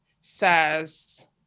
says